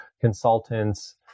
consultants